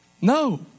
No